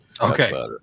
Okay